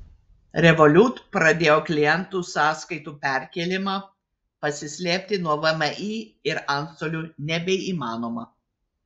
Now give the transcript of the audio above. revolut pradėjo klientų sąskaitų perkėlimą pasislėpti nuo vmi ir antstolių nebeįmanoma